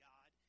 God